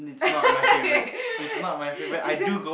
eh it's your